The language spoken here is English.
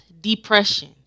depression